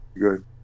good